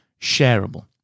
shareable